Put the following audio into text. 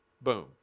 Boom